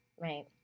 right